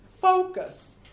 focus